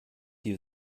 you